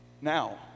Now